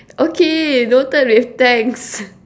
okay noted with thanks